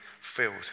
filled